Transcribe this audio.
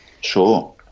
Sure